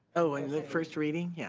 oh in the first reading? yeah